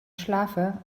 schlafe